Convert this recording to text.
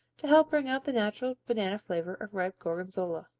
to help bring out the natural banana flavor of ripe gorgonzola.